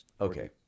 okay